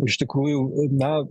iš tikrųjų na